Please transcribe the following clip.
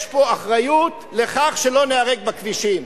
יש פה אחריות לכך שלא ניהרג בכבישים.